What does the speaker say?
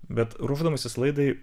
bet ruošdamasis laidai